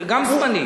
זה גם זמני.